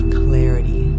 clarity